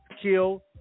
kill